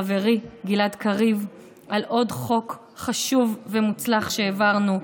לחברי גלעד קריב על עוד חוק חשוב ומוצלח שהעברנו,